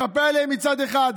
מחפה עליהם מצד אחד,